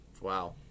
Wow